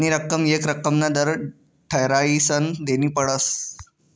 याजनी रक्कम येक रक्कमना दर ठरायीसन देनी पडस